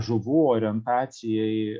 žuvų orientacijai